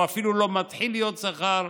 הוא אפילו לא מתחיל להיות שכר.